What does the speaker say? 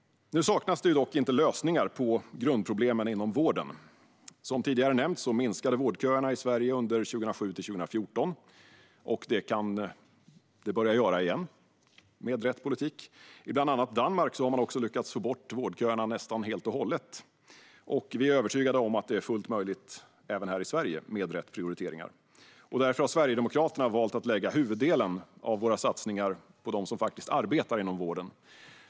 Det saknas dock inte lösningar på grundproblemen inom vården. Som tidigare nämnts minskade vårdköerna i Sverige åren 2007-2014, och det kan de börja göra igen med rätt politik. I bland annat Danmark har man lyckats få bort vårdköerna helt, och vi är övertygade om att det är fullt möjligt även här i Sverige, med rätt prioriteringar. Därför har Sverigedemokraterna valt att lägga huvuddelen av sina satsningar på dem som arbetar inom vården.